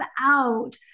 out